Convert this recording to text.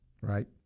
right